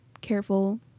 careful